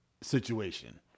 situation